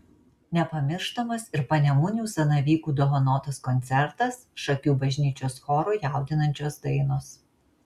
nepamirštamas ir panemunių zanavykų dovanotas koncertas šakių bažnyčios choro jaudinančios dainos